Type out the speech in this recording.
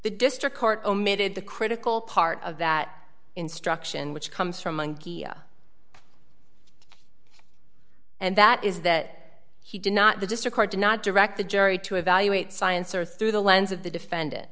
the district court omitted the critical part of that instruction which comes from and that is that he did not the district court did not direct the jury to evaluate science or through the lens of the defendant